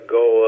go